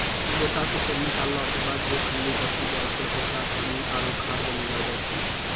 गोटा से तेल निकालो के बाद जे खल्ली बची जाय छै ओकरा सानी आरु खाद बनैलो जाय छै